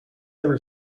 ever